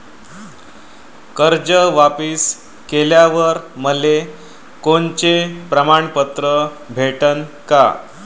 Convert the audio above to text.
कर्ज वापिस केल्यावर मले कोनचे प्रमाणपत्र भेटन का?